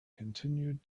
continued